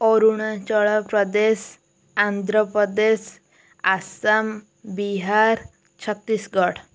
Arunachal Pradesh Andhra Pradesh Assam Bihar Chhattisgarh